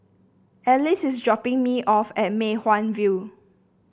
Alexys is dropping me off at Mei Hwan View